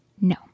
No